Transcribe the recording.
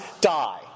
die